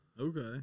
okay